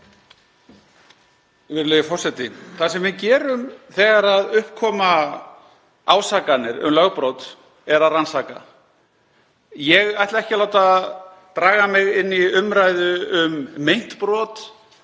Það sem við gerum þegar upp koma ásakanir um lögbrot er að rannsaka. Ég ætla ekki að láta draga mig inn í umræðu um meint brot,